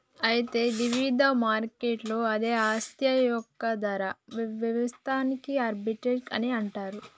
అయితే వివిధ మార్కెట్లలో అదే ఆస్తి యొక్క ధర వ్యత్యాసాన్ని ఆర్బిటౌజ్ అని అంటారు